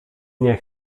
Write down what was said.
nie